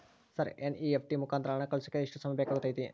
Sir NEFT ಮುಖಾಂತರ ಹಣ ಕಳಿಸೋಕೆ ಎಷ್ಟು ಸಮಯ ಬೇಕಾಗುತೈತಿ?